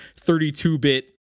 32-bit